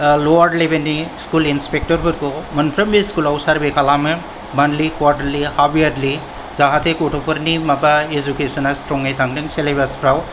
lower लेवेलनि school इंस्पेक्टरफोरखौ मोनफ्रामबो स्कूलाव सारवे खालामो मांथलि कवार्टारलि हाफ यारलि जाहाथे गथ'फोरनि माबा एडुकेशना स्ट्रङै थांथों सिलेबासफ्राव